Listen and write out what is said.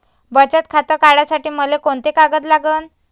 बचत खातं काढासाठी मले कोंते कागद लागन?